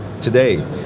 today